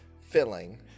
filling